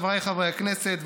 חבריי חברי הכנסת,